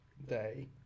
day